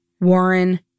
Warren